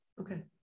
Okay